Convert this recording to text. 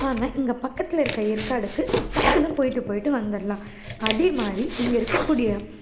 ஆக இங்க பக்கத்தில் இருக்கற ஏற்காடுக்கு டக்குனு போயிட்டு போயிட்டு வந்துடுலாம் அதே மாதிரி இங்கே இருக்கக்கூடிய